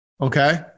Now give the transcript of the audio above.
Okay